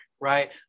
right